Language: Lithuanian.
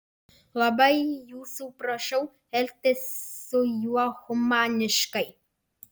labai jūsų prašau elgtis su juo humaniškai